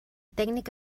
tècnic